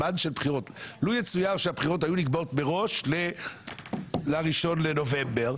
לו יצויר שהבחירות היו נקבעות מראש ל-1 בנובמבר,